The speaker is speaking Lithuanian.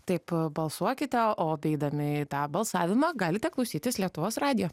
taip balsuokite o beeidami tą balsavimą galite klausytis lietuvos radijo